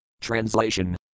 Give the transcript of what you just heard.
Translation